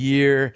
Year